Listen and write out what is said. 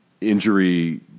injury